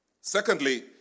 Secondly